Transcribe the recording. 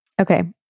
Okay